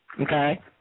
Okay